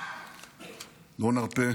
לא נרפה